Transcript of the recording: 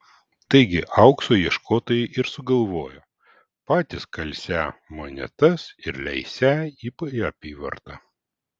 taigi aukso ieškotojai ir sugalvojo patys kalsią monetas ir leisią į apyvartą